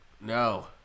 No